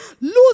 lose